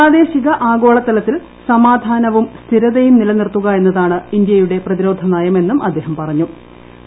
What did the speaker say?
പ്രാദ്ദേശിക ആഗോളതലത്തിൽ സമാധാനവും സ്ഥിരതയും നിലനിർത്തുക എന്നതാണ് ഇന്ത്യയുടെ പ്രതിരോധ നയമെന്നും അദ്ദേഹം വൃക്തമാക്കി